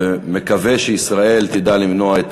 ומקווה שישראל תדע למנוע את